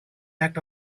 act